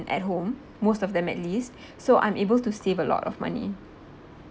at home most of them at least so I'm able to save a lot of money